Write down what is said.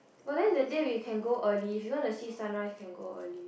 but then that day we can go early if you want to see sunrise you can go early